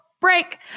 break